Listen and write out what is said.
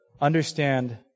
understand